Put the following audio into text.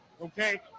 okay